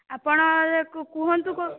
ଆପଣ କୁହନ୍ତୁ